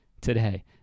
today